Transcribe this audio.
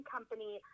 Company